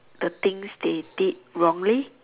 the things they did wrongly